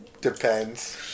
Depends